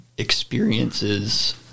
Experiences